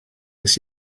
this